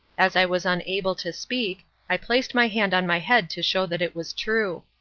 as i was unable to speak, i placed my hand on my head to show that it was true.